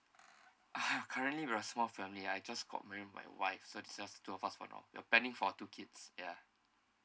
currently we are small family I just got me and my wife so it's just two of us for now we are planning for two kids ya